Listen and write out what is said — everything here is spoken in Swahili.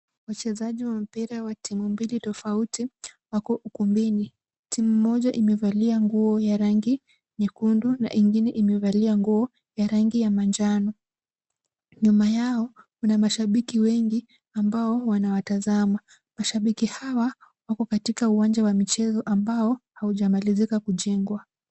Wachezaji wa mpira wa timu mbili tofauti wako ukumbini. Timu moja imevalia nguo ya rangi nyekundu na ingine imevalia nguo ya rangi ya manjano. Nyuma yao, kuna mashabiki wengi ambao wanawatazama. Mashabiki hawa wako katika uwanja wa michezo ambao haujamalizika kujengwa.